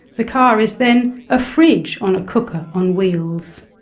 the car is then a fridge on a cooker on wheels.